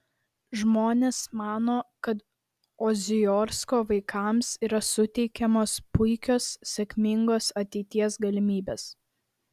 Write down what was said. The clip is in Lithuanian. žmonės mano kad oziorsko vaikams yra suteikiamos puikios sėkmingos ateities galimybės